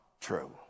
true